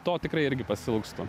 to tikrai irgi pasiilgstu